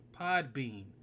Podbean